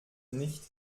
nicht